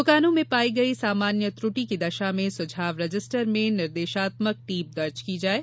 दुकानों में पाई गई सामान्य त्रटी की दशा में सुझाव रजिस्टर में निर्देशात्मक टीप दर्ज की जाये